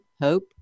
hope